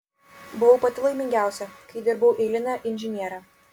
buvau pati laimingiausia kai dirbau eiline inžiniere